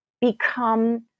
become